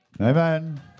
Amen